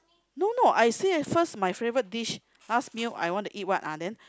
no no I said first my favourite dish last meal I want to eat what ah then